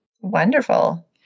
Wonderful